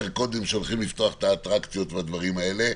קודם שהולכים לפתוח את האטרקציות והדברים האלה.